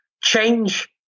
change